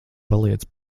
paliec